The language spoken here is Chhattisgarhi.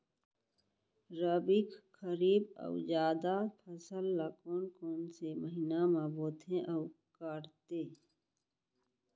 रबि, खरीफ अऊ जादा फसल ल कोन कोन से महीना म बोथे अऊ काटते?